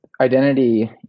identity